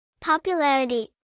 Popularity